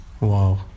Wow